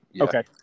okay